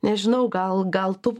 nežinau gal gal tu